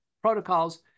protocols